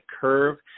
curve